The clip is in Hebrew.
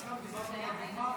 כי סתם דיברתם על דוגמה,